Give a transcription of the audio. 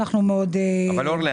אורלי,